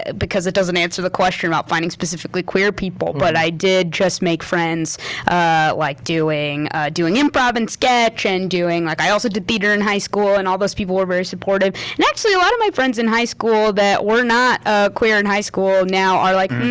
because it doesn't answer the question about finding specifically queer people. but i did just make friends like doing doing improv and sketch and like i also did theater in high school, and all those people were very supportive. and actually a lot of my friends in high school that were not ah queer in high school now are like, hmm,